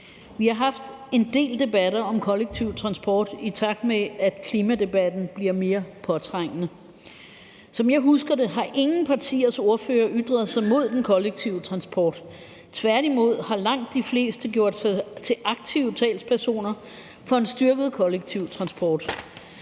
Vi har haft en del debatter om kollektiv transport, i takt med at klimadebatten er blevet mere påtrængende. Som jeg husker det, har ingen partiers ordførere ytret sig mod den kollektive transport, tværtimod har langt de fleste gjort sig til aktive talspersoner for en styrket kollektiv transport.